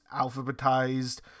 alphabetized